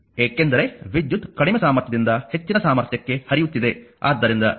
ಏಕೆಂದರೆ ವಿದ್ಯುತ್ ಕಡಿಮೆ ಸಾಮರ್ಥ್ಯದಿಂದ ಹೆಚ್ಚಿನ ಸಾಮರ್ಥ್ಯಕ್ಕೆ ಹರಿಯುತ್ತಿದೆ